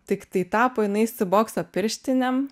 tiktai tapo jinai su bokso pirštinėm